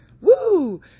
Woo